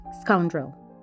Scoundrel